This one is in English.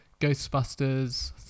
Ghostbusters